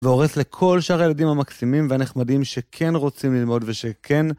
ועורך לכל שאר הילדים המקסימים והנחמדים שכן רוצים ללמוד ושכן...